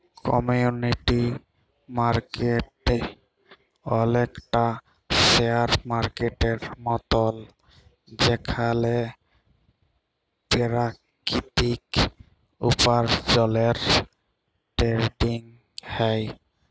commodity market অলেকটা share মার্কেটের মতল যেখালে পেরাকিতিক উপার্জলের টেরেডিং হ্যয়